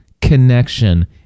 connection